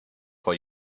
for